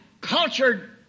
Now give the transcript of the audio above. cultured